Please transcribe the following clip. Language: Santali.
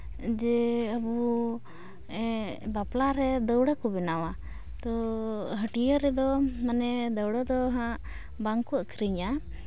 ᱡᱮ ᱟᱵᱚ ᱵᱟᱯᱞᱟ ᱨᱮ ᱫᱟᱹᱣᱲᱟᱹ ᱠᱚ ᱵᱮᱱᱟᱣᱟ ᱛᱚ ᱦᱟᱹᱴᱭᱟᱹ ᱨᱮᱫᱚ ᱢᱟᱱᱮ ᱫᱟᱹᱣᱲᱟᱹ ᱫᱚ ᱦᱟᱸᱜ ᱵᱟᱝᱠᱚ ᱟᱹᱠᱷᱨᱤᱧᱟ